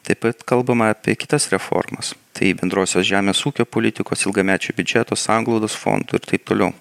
taip pat kalbama apie kitas reformas tai bendrosios žemės ūkio politikos ilgamečių biudžeto sanglaudos fondų ir taip toliau